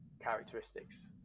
characteristics